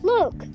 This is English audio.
Look